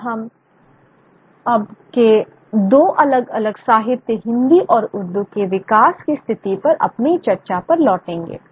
अब हम अब के दो अलग अलग साहित्य हिंदी और उर्दू के विकास की स्थिति पर अपनी चर्चा पर लौटेंगे